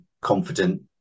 confident